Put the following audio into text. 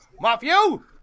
Matthew